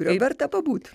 verta pabūt